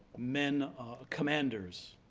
men commanders,